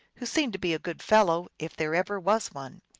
who seemed to be a good fellow, if there ever was one.